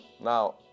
Now